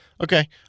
Okay